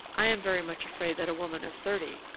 i am very much afraid that a woman of thirty,